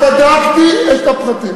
בדקתי את הפרטים.